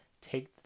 Take